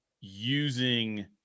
using